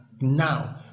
now